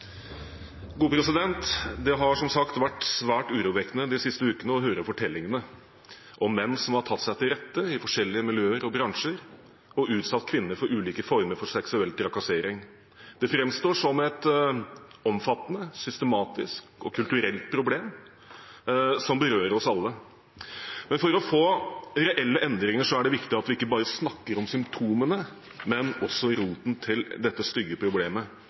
Det har, som det har vært sagt, vært svært urovekkende de siste ukene å høre fortellingene om menn som har tatt seg til rette i forskjellige miljøer og bransjer og utsatt kvinner for ulike former for seksuell trakassering. Det framstår som et omfattende, systematisk og kulturelt problem som berører oss alle. For å få reelle endringer er det viktig at vi ikke bare snakker om symptomene, men også omroten til dette stygge problemet,